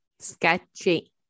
sketchy